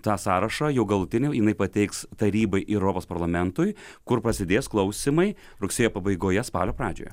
tą sąrašą jau galutinį jinai pateiks tarybai ir europos parlamentui kur prasidės klausymai rugsėjo pabaigoje spalio pradžioje